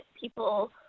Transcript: people